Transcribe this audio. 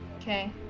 Okay